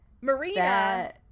Marina